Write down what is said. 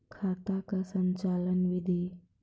खाता का संचालन बिधि?